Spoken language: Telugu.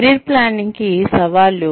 కెరీర్ ప్లానింగ్ కి సవాళ్లు